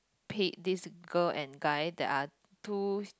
paid this girl and guy there are two